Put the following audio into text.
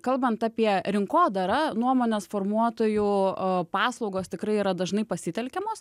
kalbant apie rinkodarą nuomonės formuotojų o paslaugos tikrai yra dažnai pasitelkiamos